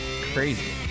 Crazy